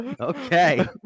Okay